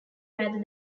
rather